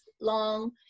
long